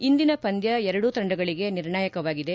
ಇಂದಿನ ಪಂದ್ಯ ಎರಡೂ ತಂಡಗಳಿಗೆ ನಿರ್ಣಾಯಕವಾಗಿದೆ